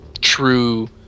true